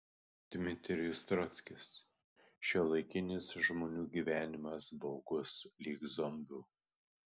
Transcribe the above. dmitrijus trockis šiuolaikinis žmonių gyvenimas baugus lyg zombių